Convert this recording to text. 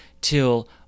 till